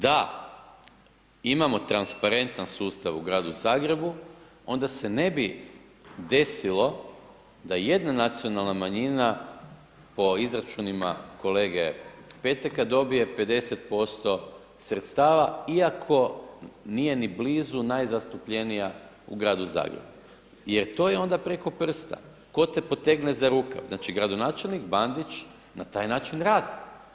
Da imamo transparentan sustav u gradu Zagrebu, onda se ne bi desilo da jedna nacionalna manjina po izračunima kolege Peteka dobije 50% sredstava iako nije ni blizu najzastupljenija u gradu Zagrebu jer to je onda preko prsta, tko te potegne za rukav, znači gradonačelnik Bandić na taj način radi.